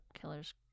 Killers